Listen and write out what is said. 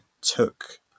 took